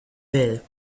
will